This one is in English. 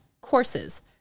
courses